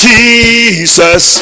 Jesus